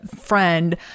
friend